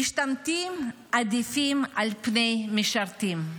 משתמטים עדיפים על פני משרתים.